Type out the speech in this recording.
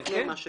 מכרז.